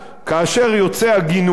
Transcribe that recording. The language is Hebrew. כאשר יוצא הגינוי,